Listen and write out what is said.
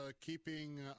keeping